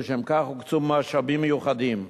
ולשם כך הוקצו משאבים מיוחדים.